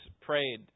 prayed